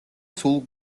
სულ